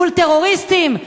מול טרוריסטים?